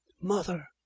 mother